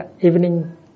evening